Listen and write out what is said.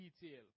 detail